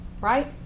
right